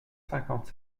cinquante